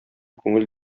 күңел